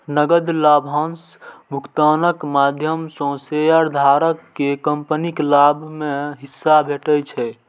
नकद लाभांश भुगतानक माध्यम सं शेयरधारक कें कंपनीक लाभ मे हिस्सा भेटै छै